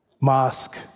mosque